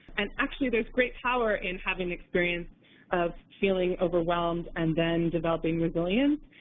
and actually there's great power in having experience of feeling overwhelmed and then developing resilience,